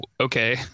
okay